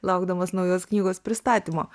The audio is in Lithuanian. laukdamas naujos knygos pristatymo